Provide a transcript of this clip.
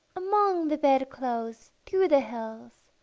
among the bed-clothes, through the hills